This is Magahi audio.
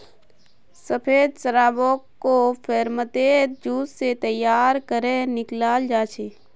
सफ़ेद शराबोक को फेर्मेंतेद जूस से तैयार करेह निक्लाल जाहा